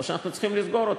או שאנחנו צריכים לסגור אותם.